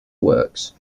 works